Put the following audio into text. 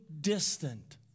distant